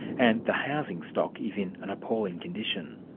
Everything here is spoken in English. and the housing stock is in an appalling condition.